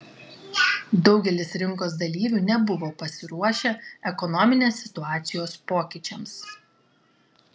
daugelis rinkos dalyvių nebuvo pasiruošę ekonominės situacijos pokyčiams